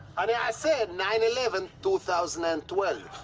um yeah said nine eleven, two thousand and twelve.